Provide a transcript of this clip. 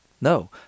No